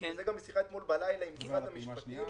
וזה גם משיחה אתמול בלילה עם משרד המשפטים,